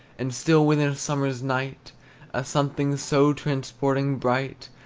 and still within a summer's night a something so transporting bright,